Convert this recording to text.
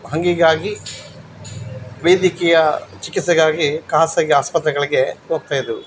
ಹಂಗಿಗಾಗಿ ವೈದ್ಯಕೀಯ ಚಿಕಿತ್ಸೆಗಾಗಿ ಖಾಸಗಿ ಆಸ್ಪತ್ರೆಗಳಿಗೆ ಹೋಗ್ತಾಯಿದ್ದರು